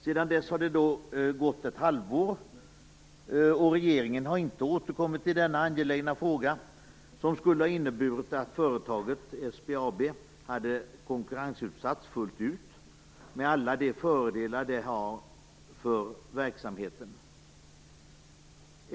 Sedan dess har det gått ett halvår, och regeringen har inte återkommit i denna angelägna fråga, som skulle ha inneburit att SBAB hade konkurrensutsatts fullt ut, med alla de fördelar det har för verksamheten.